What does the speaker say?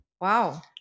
Wow